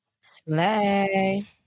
Slay